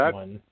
one